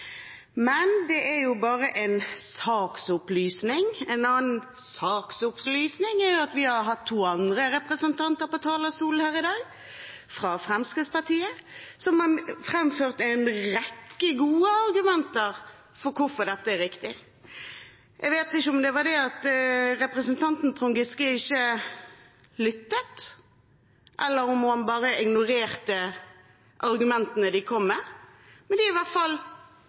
Men det er jo bare en saksopplysning. En annen saksopplysning er at vi har hatt to andre representanter fra Fremskrittspartiet på talerstolen her i dag, som har framført en rekke gode argumenter for hvorfor dette er riktig. Jeg vet ikke om det var det at representanten Trond Giske ikke lyttet, eller om han bare ignorerte argumentene de kom med, men de er i hvert fall